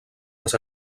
les